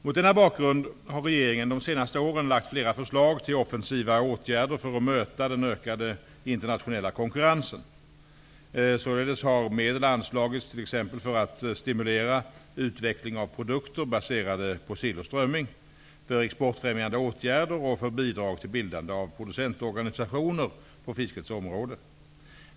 Mot denna bakgrund har regeringen de senaste åren lagt fram flera förslag till offensiva åtgärder för att möta den ökade internationella konkurrensen. Således har medel anslagits t.ex. för att stimulera utveckling av produkter baserade på sill och strömming, för exportfrämjande åtgärder och för bidrag till bildande av producentorganisationer på fiskets område.